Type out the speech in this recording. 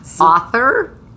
author